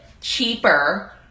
cheaper